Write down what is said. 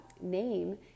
name